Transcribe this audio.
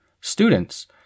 students